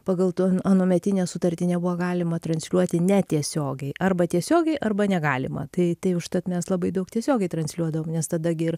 pagal t anuometinę sutartį nebuvo galima transliuoti netiesiogiai arba tiesiogiai arba negalima tai tai užtat mes labai daug tiesiogiai transliuodavom nes tada gi ir